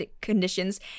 conditions